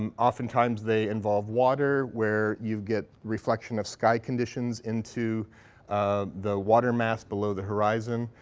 um oftentimes they involve water, where you get reflection of sky conditions into the water mass below the horizon.